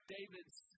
David's